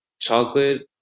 chocolate